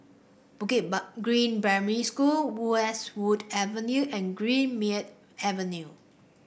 Green Primary School Westwood Avenue and Greenmead Avenue